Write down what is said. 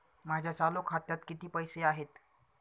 माझ्या चालू खात्यात किती पैसे आहेत?